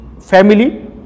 Family